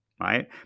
right